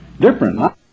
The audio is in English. Different